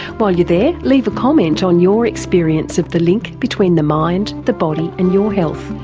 while you're there leave a comment on your experience of the link between the mind, the body and your health.